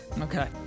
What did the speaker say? Okay